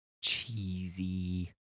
Cheesy